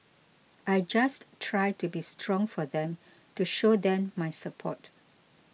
I just try to be strong for them to show them my support